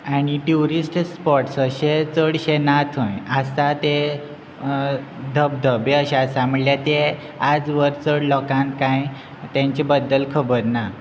आनी tourist spots अशें चडशें ना थंय आसा ते धबधबे अशे आसा म्हणल्यार ते आज व्हर चड लोकांक कांय तेंच्या बद्दल खबर ना